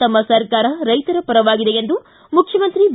ತಮ್ಮ ಸರ್ಕಾರ ರೈತರ ಪರವಾಗಿದೆ ಎಂದು ಮುಖ್ಯಮಂತ್ರಿ ಬಿ